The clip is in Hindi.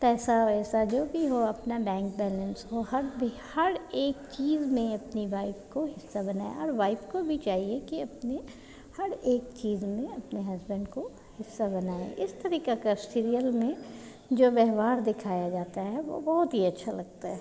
पैसा वैसा जो भी हो अपना बैंक बैलेन्स को हर हर एक चीज़ में अपनी वाइफ़ को हिस्सा बनाए और वाइफ़ को भी चाहिए कि अपने हर एक चीज़ में अपने हसबेन्ड को हिस्सा बनाए इस तरीक़े का सीरियल में जो व्यवहार दिखाया जाता है वह बहुत ही अच्छा लगता है